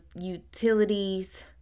utilities